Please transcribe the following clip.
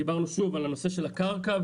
דיברנו שוב על הנושא של הקרקע,